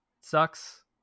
sucks